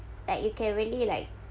like you can really like